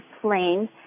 plane